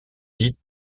dits